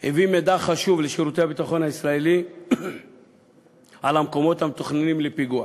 הביא מידע חשוב לשירותי הביטחון הישראליים על המקומות המתוכננים לפיגוע.